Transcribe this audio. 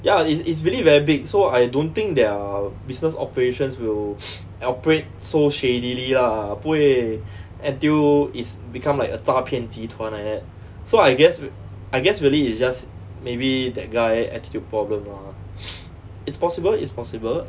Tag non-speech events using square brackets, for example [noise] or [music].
ya it's it's really very big so I don't think their business operations will operate so shadily lah 不会 until it has become like a 诈骗集团 like that so I guess I guess really it's just maybe that guy attitude problem lah [noise] it's possible it's possible